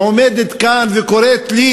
שעומדת כאן וקוראת לי,